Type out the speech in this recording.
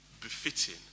befitting